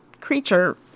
creature